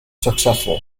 successful